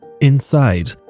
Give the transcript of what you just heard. Inside